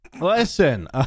listen